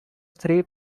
three